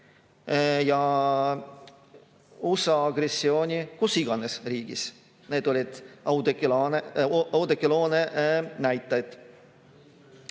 ja USA agressiooni kus iganes riigis. Need olid Oudekki Loone näited.